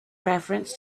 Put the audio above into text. reference